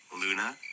Luna